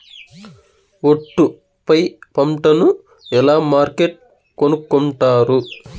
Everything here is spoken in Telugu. ఒట్టు పై పంటను ఎలా మార్కెట్ కొనుక్కొంటారు?